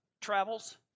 travels